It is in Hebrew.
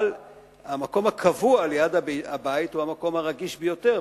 המקום הקבוע ליד הבית הוא המקום הרגיש ביותר,